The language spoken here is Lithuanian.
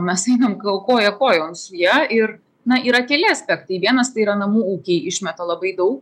mes einam gal koja kojon su ja ir na yra keli aspektai vienas tai yra namų ūkiai išmeta labai daug